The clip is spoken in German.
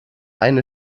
eine